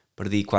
perdi